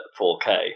4K